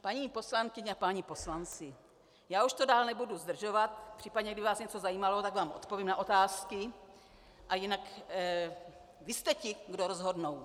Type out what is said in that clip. Paní poslankyně a páni poslanci, už to dál nebudu zdržovat, případně kdyby vás něco zajímalo, tak vám odpovím na otázky, a jinak vy jste ti, kdo rozhodnou.